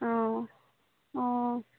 অঁ অঁ